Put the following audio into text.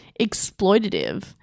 exploitative